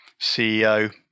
CEO